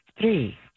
three